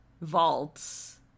vaults